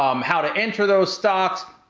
um how to enter those stocks,